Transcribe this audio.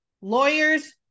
lawyers